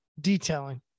detailing